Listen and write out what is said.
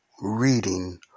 reading